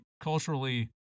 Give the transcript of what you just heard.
culturally